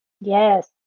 Yes